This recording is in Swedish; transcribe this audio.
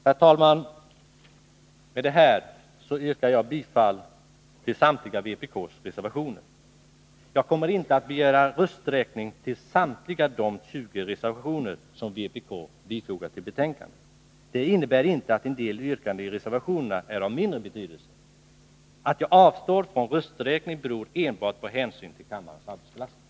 Med detta, herr talman, yrkar jag bifall till samtliga vpk-reservationer. Jag kommer inte att begära rösträkning beträffande alla de 20 reservationer som vpk fogat till betänkandet. Det innebär inte att den del yrkanden i reservationerna är av mindre betydelse. Att jag avstår från att begära rösträkning beror enbart på hänsyn till kammarens arbetsbelastning.